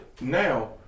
Now